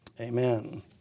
Amen